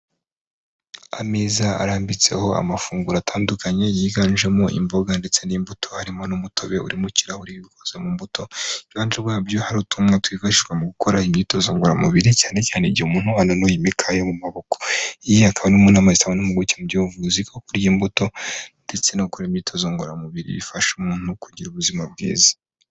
Ameza arambitseho amafunguro atandukanye yiganjemo imboga ndetse n'imbuto. Harimo n'umutobe uri mu kirarahuri ukozwe mu mbuto, iruhande rwabyo hari utwuma twifashishwa mu gukora imyitozo ngororamubiri, cyane cyane igihe umuntu ananuye imikaya mu maboko. Iyi akaba ari imwe mu nama zitangwa n'impuguke mu by'ubuvuzi ko kurya imbuto ndetse no gukora imyitozo ngoramubiri, bifasha umuntu kugira ubuzima bwiza.